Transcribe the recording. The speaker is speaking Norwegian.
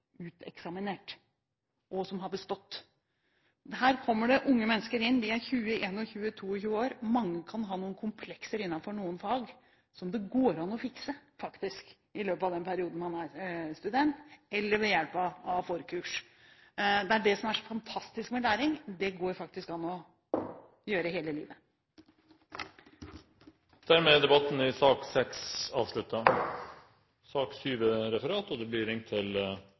uteksaminert, og som har bestått. Her kommer det unge mennesker inn – de er 20, 21, 22 år – og mange kan ha komplekser innenfor noen fag, som det faktisk går an å fikse i løpet av den perioden man er student, eller ved hjelp av forkurs. Det er det som er så fantastisk med læring – det går faktisk an å lære hele livet. Dermed er